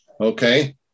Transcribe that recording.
okay